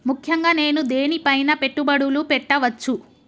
ముఖ్యంగా నేను దేని పైనా పెట్టుబడులు పెట్టవచ్చు?